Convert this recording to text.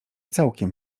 całkiem